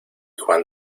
juan